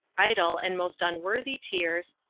idle and most unworthy tears,